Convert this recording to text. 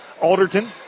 Alderton